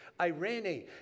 irene